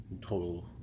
Total